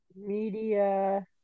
media